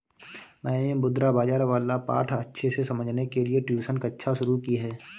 मैंने मुद्रा बाजार वाला पाठ अच्छे से समझने के लिए ट्यूशन कक्षा शुरू की है